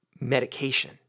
medication